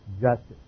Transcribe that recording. justice